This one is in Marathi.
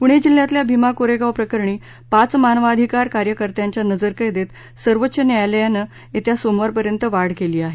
पुणे जिल्ह्यातल्या भीमा कोरेगाव प्रकरणी पाच मानवाधिकार कार्यकर्त्यांच्या नजरकैदेत सर्वोच्च न्यायालयानं येत्या सोमवारपर्यंत वाढ केली आहे